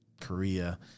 Korea